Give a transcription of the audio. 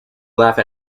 laugh